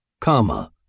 Comma